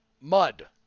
mud